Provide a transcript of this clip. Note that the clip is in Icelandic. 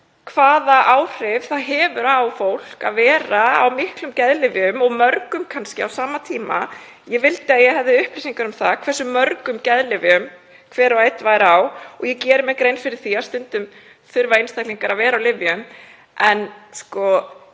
hvaða áhrif það hefur á fólk að vera á miklum geðlyfjum og kannski mörgum á sama tíma. Ég vildi að ég hefði upplýsingar um það hversu mörgum geðlyfjum hver og einn væri á. Ég geri mér grein fyrir því að stundum þurfa einstaklingar að vera á lyfjum.